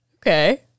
Okay